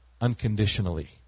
unconditionally